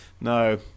No